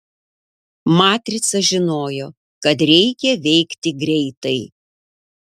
matrica žinojo kad reikia veikti greitai